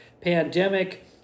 pandemic